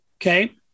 Okay